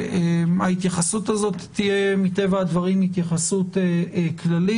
ההתייחסות הזאת תהיה מטבע הדברים התייחסות כללית.